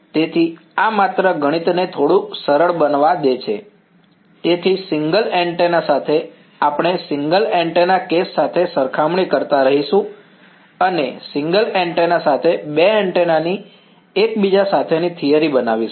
તેથી આ માત્ર ગણિતને થોડું સરળ બનવા દે છે તેથી સિંગલ એન્ટેના સાથે આપણે સિંગલ એન્ટેના કેસ સાથે સરખામણી કરતા રહીશું અને સિંગલ એન્ટેના સાથે બે એન્ટેનાની એકબીજા સાથેની થિયરી બનાવશું